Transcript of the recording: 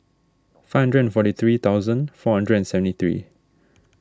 five hundred and forty three thousand four hundred and seventy three